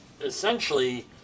essentially